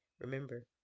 Remember